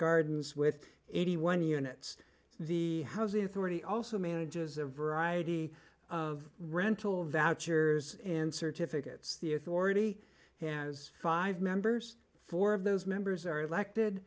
gardens with eighty one units the housing authority also manages a variety of rental vouchers in certificates the authority has five members four of those members are elected